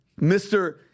Mr